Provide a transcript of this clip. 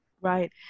Right